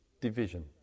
division